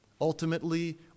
Ultimately